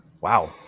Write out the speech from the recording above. wow